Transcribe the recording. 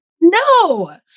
No